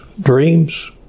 dreams